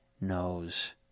knows